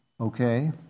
okay